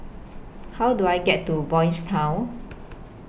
How Do I get to Boys' Town